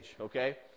okay